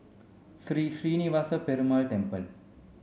Sri Srinivasa Perumal Temple